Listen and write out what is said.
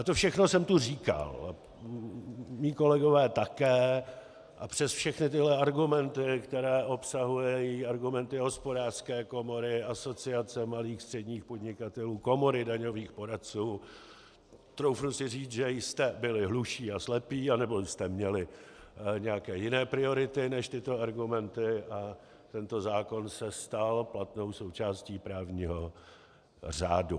To všechno jsem tu říkal, moji kolegové také, a přes všechny tyhle argumenty, které obsahují argumenty Hospodářské komory, Asociace malých a středních podnikatelů, Komory daňových poradců, troufnu si říci, že jste byli hluší a slepí a nebo jste měli nějaké jiné priority než tyto argumenty a tento zákon se stal platnou součástí právního řádu.